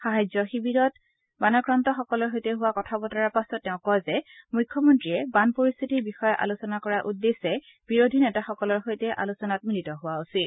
সাহাৰ্য শিবিৰত বানাক্ৰান্তসকলৰ সৈতে হোৱা কথা বতৰাৰ পিছত তেওঁ কয় যে মুখ্যমন্ত্ৰীয়ে বান পৰিস্থিতিৰ বিষয়ে আলোচনা কৰাৰ উদ্দেশ্যে বিৰোধী নেতাসকলৰ সৈতে আলোচনাত মিলিত হোৱা উচিত